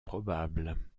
probable